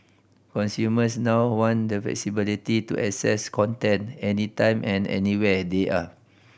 consumers now want the flexibility to access content any time and anywhere they are